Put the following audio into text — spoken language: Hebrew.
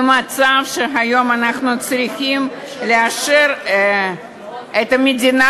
מהמצב שהיום אנחנו צריכים לאשר את תקציב המדינה